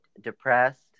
depressed